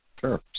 Sure